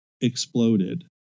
exploded